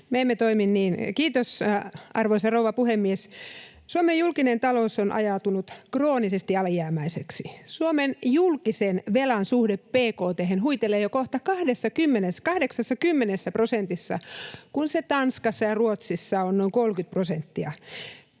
Me emme toimi niin. — Suomen julkinen talous on ajautunut kroonisesti alijäämäiseksi. Suomen julkisen velan suhde bkt:hen huitelee jo kohta 80 prosentissa, kun se Tanskassa ja Ruotsissa on noin 30 prosenttia.